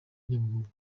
nyabugogo